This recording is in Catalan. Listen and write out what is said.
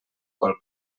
qual